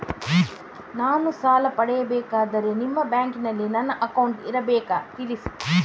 ನಾನು ಸಾಲ ಪಡೆಯಬೇಕಾದರೆ ನಿಮ್ಮ ಬ್ಯಾಂಕಿನಲ್ಲಿ ನನ್ನ ಅಕೌಂಟ್ ಇರಬೇಕಾ ತಿಳಿಸಿ?